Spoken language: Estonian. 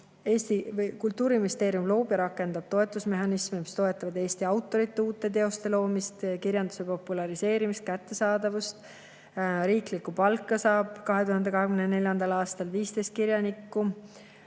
Kultuuriministeerium loob ja rakendab toetusmehhanisme, mis toetavad eesti autorite uute teoste loomist, kirjanduse populariseerimist ja kättesaadavust. Riigipalka saab 2024. aastal 15 kirjanikku.